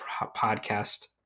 podcast